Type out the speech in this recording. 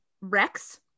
Rex